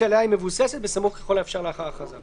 שעליה היא מבוססת בסמוך ככל האפשר לאחר ההכרזה.